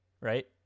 right